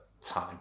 time